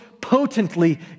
potently